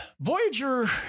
Voyager